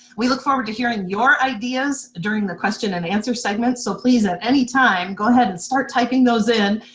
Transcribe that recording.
we look forward to hearing your ideas during the question and answer segment so please, at any time go ahead and start typing those in.